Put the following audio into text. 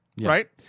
right